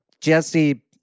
Jesse